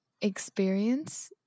experience